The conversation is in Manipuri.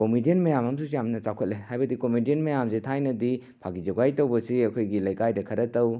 ꯀꯣꯃꯤꯗꯤꯌꯟ ꯃꯌꯥꯝ ꯑꯃꯁꯨ ꯌꯥꯝꯅ ꯆꯥꯎꯈꯠꯂꯦ ꯍꯥꯏꯕꯗꯤ ꯀꯣꯃꯤꯗꯤꯌꯟ ꯃꯌꯥꯝꯁꯦ ꯊꯥꯏꯅꯗꯤ ꯐꯥꯒꯤ ꯖꯨꯒꯥꯏ ꯇꯧꯕꯁꯤ ꯑꯩꯈꯣꯏꯒꯤ ꯂꯩꯀꯥꯏꯗ ꯈꯔ ꯇꯧ